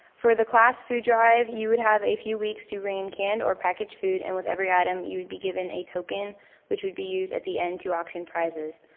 for the class food drive you would have a few weeks to bring in canned or packaged food and with ever item you would be given a token which would be used at the end to auction prizes.